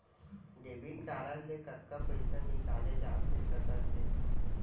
Debit card ले कतका पइसा निकाले जाथे सकत हे?